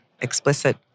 explicit